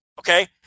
Okay